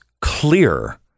clear